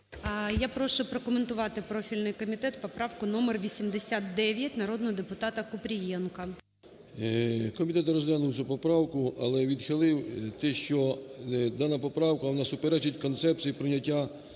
Я прошу прокоментувати профільний комітет поправку номер 89 народного депутатаКупрієнка. 13:20:28 ПАЛАМАРЧУК М.П. Комітет розглянув цю поправку, але відхилив те, що дана поправка, вона суперечить концепції прийняття